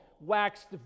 waxed